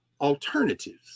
Alternatives